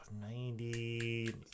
Ninety